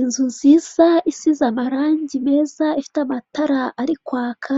Inzu nziza isize amarange meza ifite amatara ari kwaka,